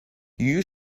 you